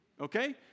okay